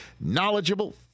knowledgeable